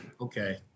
Okay